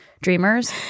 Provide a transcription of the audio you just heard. dreamers